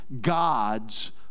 God's